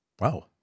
Wow